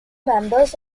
members